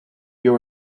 you